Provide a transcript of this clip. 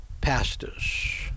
pastors